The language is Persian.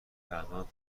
تنها